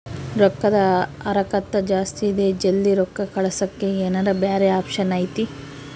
ರೊಕ್ಕದ ಹರಕತ್ತ ಜಾಸ್ತಿ ಇದೆ ಜಲ್ದಿ ರೊಕ್ಕ ಕಳಸಕ್ಕೆ ಏನಾರ ಬ್ಯಾರೆ ಆಪ್ಷನ್ ಐತಿ?